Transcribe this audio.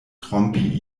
trompi